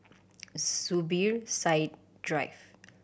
Zubir Said Drive